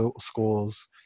schools